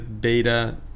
beta